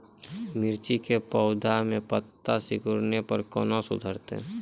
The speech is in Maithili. मिर्ची के पौघा मे पत्ता सिकुड़ने पर कैना सुधरतै?